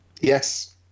Yes